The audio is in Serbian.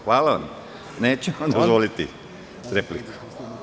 Hvala, ali vam neću dozvoliti repliku.